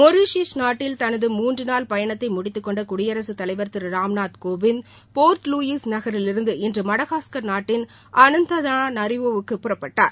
மொரீஷிபஸ் நாட்டில் தனது மூன்றுநாள் பயனத்தை முடித்துக் கொண்ட குடியரசுத் தலைவர் திரு ராம் நாத் கோவிந்த் போர்ட்லூயிஸ் நகரிலிருந்து இன்று மடகாஸ்கர் நாட்டின் அன்த்தனாநாரிவோவுக்கு புறப்பட்டார்